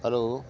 hello